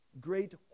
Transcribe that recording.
great